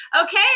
Okay